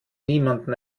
niemanden